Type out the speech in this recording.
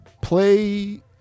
Play